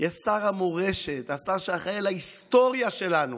יהיה שר המורשת, השר שאחראי להיסטוריה שלנו.